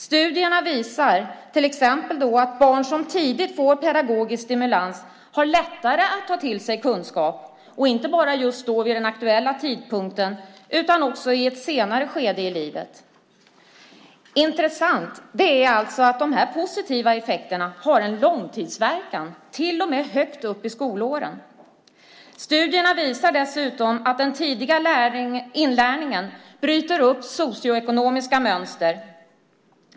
Studierna visar till exempel att barn som tidigt fått pedagogisk stimulans har lättare att ta till sig kunskap, inte bara just vid den aktuella tidpunkten utan också i ett senare skede i livet. Intressant är alltså att de positiva effekterna har en långtidsverkan till och med högt upp i skolåren. Studierna visar dessutom att den tidiga inlärningen bryter upp socioekonomiska mönster.